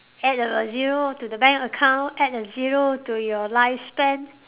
add a zero to the bank account add a zero to your lifespan